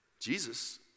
Jesus